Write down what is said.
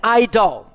idol